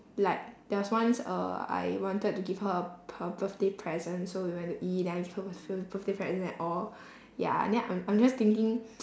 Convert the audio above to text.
like there was once uh I wanted to give her a p~ her birthday present so we went to eat then I birthday present and all ya and then I'm I'm just thinking